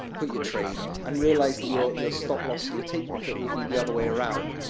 put your trade, and realise that your your stop-loss, and your take profit will be the other way around,